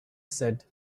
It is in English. said